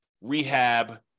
rehab